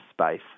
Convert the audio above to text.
space